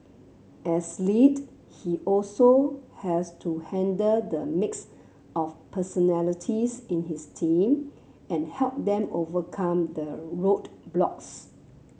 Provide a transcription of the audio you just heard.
as lead he also has to handle the mix of personalities in his team and help them overcome the roadblocks